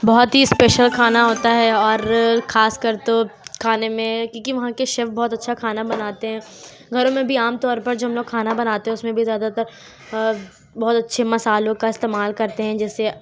بہت ہی اسپیشل کھانا ہوتا ہے اور خاص کر تو کھانے میں کیونکہ وہاں کے شیف بہت اچھا کھانا بناتے ہیں گھروں میں بھی عام طور پر جو ہم لوگ کھانا بناتے ہیں اس میں بھی زیادہ تر بہت اچھے مسالوں کا استعمال کرتے ہیں جیسے